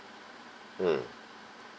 mm